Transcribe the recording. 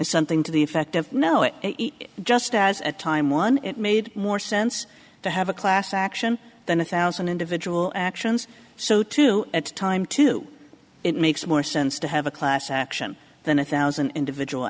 something to the effect of no it just as at time one it made more sense to have a class action than a thousand individual actions so two at a time two it makes more sense to have a class action than a thousand individual